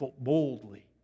boldly